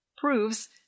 proves